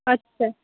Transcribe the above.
আচ্ছা